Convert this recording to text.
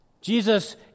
Jesus